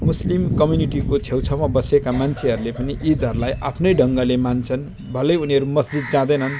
मुस्लिम कम्युनिटीको छेउ छाउमा बसेका मान्छेहरूले पनि इदहरूलाई आफ्नै ढङ्गले मान्छन् भलै उनीहरू मस्जिद जाँदैनन्